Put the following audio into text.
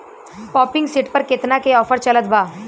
Pumping set पर केतना के ऑफर चलत बा?